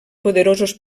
poderosos